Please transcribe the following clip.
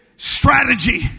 Strategy